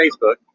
Facebook